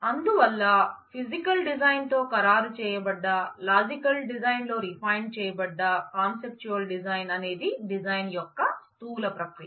అందువల్ల physical design అనేది design యొక్క స్థూల ప్రక్రియ